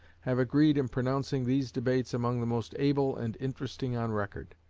have agreed in pronouncing these debates among the most able and interesting on record.